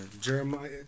Jeremiah